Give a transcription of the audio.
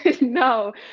no